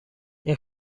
این